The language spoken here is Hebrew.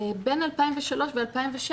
בין 2003-2016,